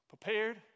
Prepared